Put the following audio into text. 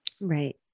Right